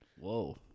Whoa